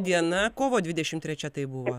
diena kovo dvidešim trečia tai buvo